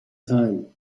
time